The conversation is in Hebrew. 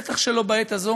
בטח שלא בעת הזו,